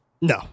No